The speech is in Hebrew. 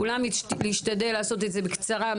כולם להשתדל לעשות את זה בקצרה,